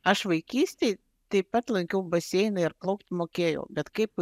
aš vaikystėj taip pat lankiau baseiną ir plaukti mokėjau bet kaip